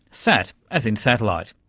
sat as in satellite.